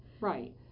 right